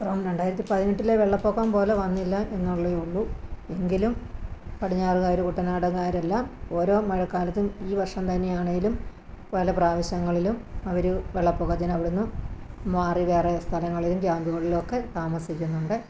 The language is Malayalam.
രണ്ടായിരത്തി പതിനെട്ടിലെ വെള്ളപൊക്കം പോലെ വന്നില്ല എന്നുള്ളേ ഉള്ളു എങ്കിലും പടിഞ്ഞാറുകാർ കുട്ടനാടുകാരെല്ലാം ഓരോ മഴക്കാലത്തും ഈ വർഷം തന്നെ ആണെങ്കിലും പല പ്രാവശ്യങ്ങളിലും അവർ വെള്ളപൊക്കത്തിന് അവിടെ നിന്ന് മാറി വേറെ സ്ഥലങ്ങളിലും ക്യാമ്പുകളിലും ഒക്കെ താമസിക്കുന്നുണ്ട്